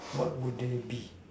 what would they be